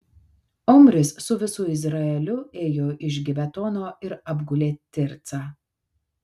omris su visu izraeliu ėjo iš gibetono ir apgulė tircą